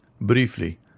Briefly